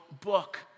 book